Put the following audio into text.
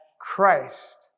Christ